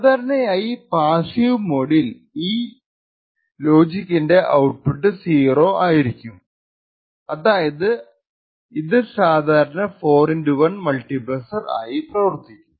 സാദാരണയായി passive മോഡിൽ ഈ ലോജിക്കിന്റെ ഔട്ട്പുട്ട് 0 അയരിക്കുംഅതായതു ഇത് സാദാരണ 4x1 മൾട്ടിപ്ളെക്സർ ആയി പ്രവർ ത്തിക്കും